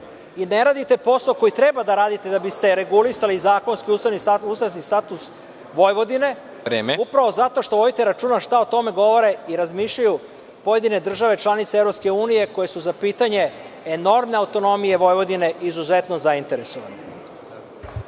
Ne radite posao koji treba da radite da biste regulisali zakonski i ustavno status Vojvodine, upravo zato što vodite računa šta o tome govore i razmišljaju pojedine države članice EU, koje su za pitanje enormne autonomije Vojvodine izuzetno zainteresovane.